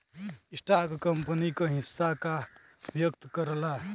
stock company क हिस्सा का व्यक्त करला